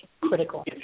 critical